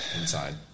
inside